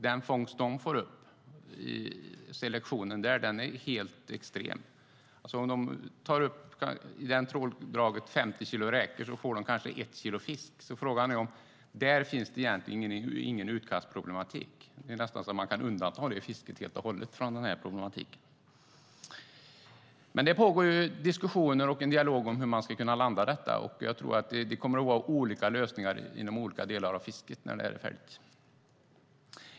Den fångst de får upp i selektionen är helt extrem. Om de tar upp 50 kilo räkor är får de kanske 1 kilo fisk. Där finns det egentligen ingen utkastproblematik. Det är nästan som att man ska undanta det fisket helt och hållet. Det pågår en dialog och diskussioner om detta, och jag tror att det kommer att vara olika lösningar inom olika delar av fisket.